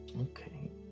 Okay